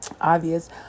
obvious